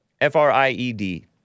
F-R-I-E-D